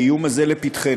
האיום הזה לפתחנו.